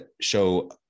show